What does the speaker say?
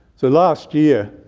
so last year,